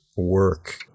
work